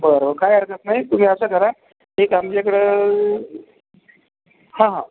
बरं काही हरकत नाही तुम्ही असं करा एक आमच्याकडं हा हा